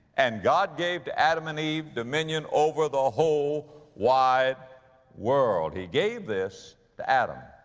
and god gave to adam and eve dominion over the whole wide world. he gave this to adam.